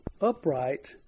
upright